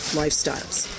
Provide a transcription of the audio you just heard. lifestyles